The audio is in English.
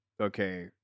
okay